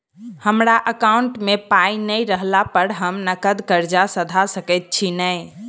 हमरा एकाउंट मे पाई नै रहला पर हम नगद कर्जा सधा सकैत छी नै?